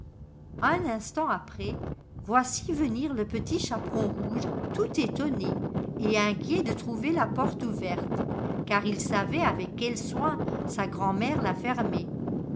un instant après voici venir le petit chaperon rouge tout étonné et inquiet de trouver la porte ouverte car il savait avec quel soin sa grand'mère la